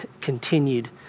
continued